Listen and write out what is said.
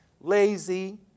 lazy